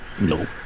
No